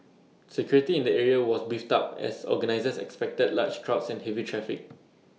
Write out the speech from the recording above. security in the area was beefed up as organisers expected large crowds and heavy traffic